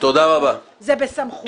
זה בסמכותו,